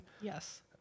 Yes